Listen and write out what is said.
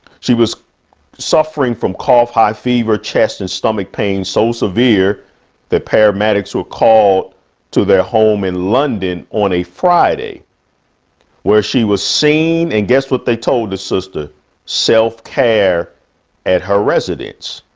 she was suffering from cough, high fever, chest and stomach pain so severe that paramedics were called to their home in london on a friday where she was seen and guess what they told the sister self care at her residence.